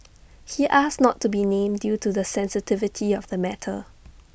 he asked not to be named due to the sensitivity of the matter